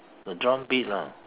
the drum piece ah